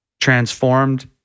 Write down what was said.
transformed